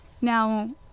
Now